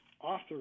author